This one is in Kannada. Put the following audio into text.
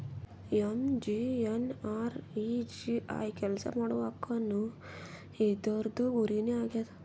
ಎಮ್.ಜಿ.ಎನ್.ಆರ್.ಈ.ಜಿ.ಎ ಕೆಲ್ಸಾ ಮಾಡುವ ಹಕ್ಕು ಇದೂರ್ದು ಗುರಿ ನೇ ಆಗ್ಯದ